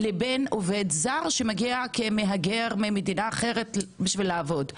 לבין עובד זר שמגיע כמהגר ממדינה אחרת בשביל לעבוד?